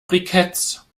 briketts